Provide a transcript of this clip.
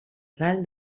ral